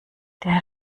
der